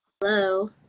hello